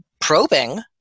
probing